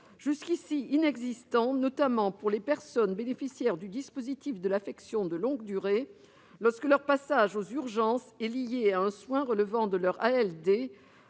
jusqu'à présent inexistant, notamment pour les personnes bénéficiaires du dispositif de l'affection longue durée (ALD) lorsque leur passage aux urgences est lié à un soin relevant de leur ALD,